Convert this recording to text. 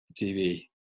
TV